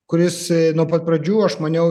kuris nuo pat pradžių aš maniau